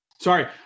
Sorry